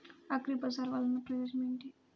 అగ్రిబజార్ వల్లన ప్రయోజనం ఏమిటీ?